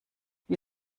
wie